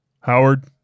Howard